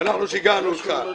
ואנחנו שיגענו אותך.